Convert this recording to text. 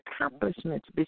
accomplishments